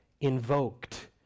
invoked